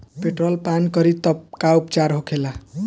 Petrol पान करी तब का उपचार होखेला?